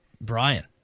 Brian